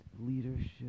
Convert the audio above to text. Leadership